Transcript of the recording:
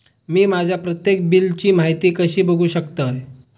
मी माझ्या प्रत्येक बिलची माहिती कशी बघू शकतय?